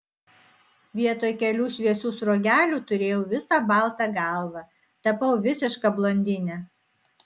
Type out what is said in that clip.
vietoj kelių šviesių sruogelių turėjau visą baltą galvą tapau visiška blondine